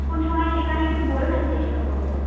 কোন সময় শেখান একটু বলুন আমি চেষ্টা করবো